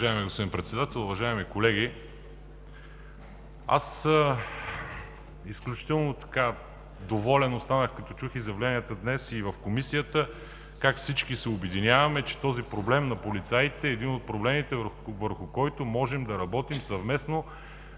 Уважаеми господин Председател, уважаеми колеги! Аз останах изключително доволен като чух изявленията днес и в Комисията как всички се обединяваме, че този проблем на полицаите е един от проблемите, върху който можем да работим съвместно,